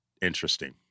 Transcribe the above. interesting